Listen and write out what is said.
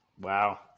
Wow